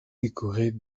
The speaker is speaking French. décorée